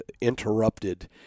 interrupted